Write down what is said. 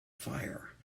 fire